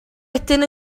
wedyn